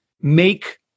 make